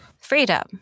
freedom